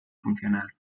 funcional